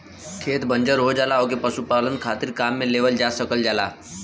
खेत बंजर हो जाला ओके पशुपालन खातिर काम में लेवल जा सकल जाला